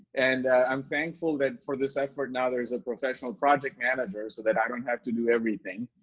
and i'm thankful that for this effort now there's a professional project manager so that i don't have to do everything.